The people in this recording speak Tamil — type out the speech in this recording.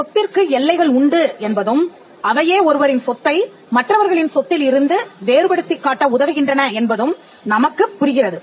சொத்திற்கு எல்லைகள் உண்டு என்பதும்அவையே ஒருவரின் சொத்தை மற்றவர்களின் சொத்தில் இருந்து வேறுபடுத்திக் காட்ட உதவுகின்றன என்பதும் நமக்கு புரிகிறது